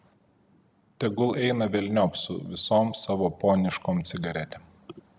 tegul eina velniop su visom savo poniškom cigaretėm